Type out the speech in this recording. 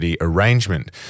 Arrangement